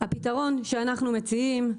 הפתרון שאנחנו מציעים,